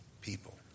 people